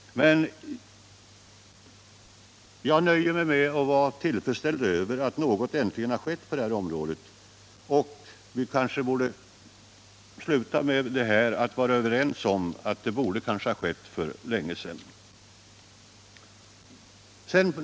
Jag nöjer mig med att någonting äntligen har skett på det här området, men vi kanske borde kunna vara överens om att det borde ha skett för länge sedan.